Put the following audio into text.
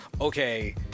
okay